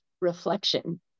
reflection